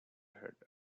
head